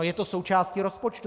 Je to součástí rozpočtu.